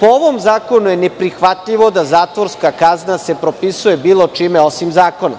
Po ovom zakonu je neprihvatljivo da se zatvorska kazna propisuje bilo čime osim zakonom.